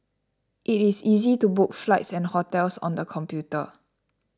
it is easy to book flights and hotels on the computer